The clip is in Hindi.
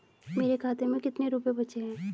मेरे खाते में कितने रुपये बचे हैं?